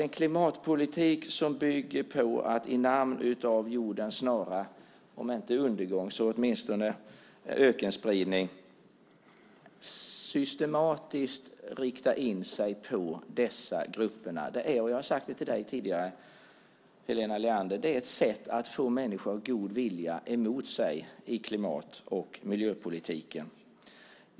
En klimatpolitik som bygger på att i namn av jordens snara om inte undergång så åtminstone ökenspridning systematiskt rikta in sig på dessa grupper är, som jag tidigare sagt till Helena Leander, ett sätt att få människor av god vilja emot sig i klimat och miljöpolitiken.